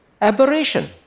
aberration